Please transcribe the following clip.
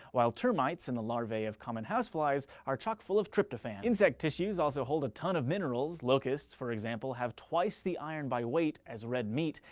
while termites and the larvae of common house flies are chock-full of tryptophan. insect tissues also hold a ton of minerals locusts, for example, have twice the iron by weight as red meat.